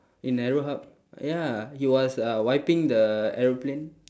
in aero hub ya he was uh wiping the aeroplane